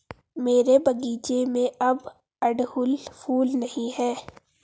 मेरे बगीचे में अब अड़हुल फूल नहीं हैं